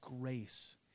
grace